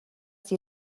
die